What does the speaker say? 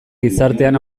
gizartean